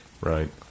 Right